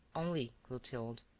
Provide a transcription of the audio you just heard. only, clotilde,